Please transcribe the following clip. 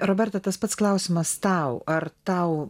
roberta tas pats klausimas tau ar tau